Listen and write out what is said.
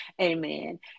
Amen